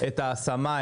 את ההשמה,